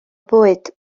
bwyd